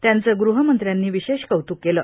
त्यांचे गृहमंत्र्यांनी विशेष कौत्क केले